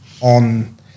on